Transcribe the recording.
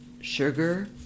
sugar